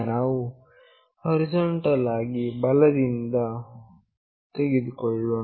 ನಾವು ಈಗ ಹೊರಿಜಾಂಟಲ್ ಆಗಿ ಬಲ ದಿಂದ ತೆಗೆದುಕೊಳ್ಳೋಣ